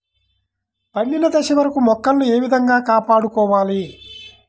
పండిన దశ వరకు మొక్కలను ఏ విధంగా కాపాడుకోవాలి?